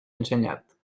ensenyat